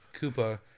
Koopa